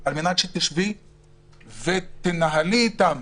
על מנת שהיא תשב ותנהל איתם